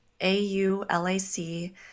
A-U-L-A-C